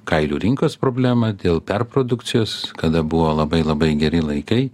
kailių rinkos problema dėl perprodukcijos kada buvo labai labai geri laikai